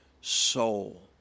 soul